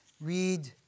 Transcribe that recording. read